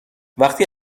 وقتی